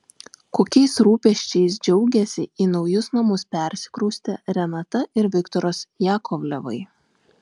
kokiais rūpesčiais džiaugiasi į naujus namus persikraustę renata ir viktoras jakovlevai